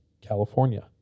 California